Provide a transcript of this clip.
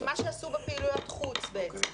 מה שעשו בפעילויות חוץ בעצם.